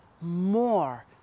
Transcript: more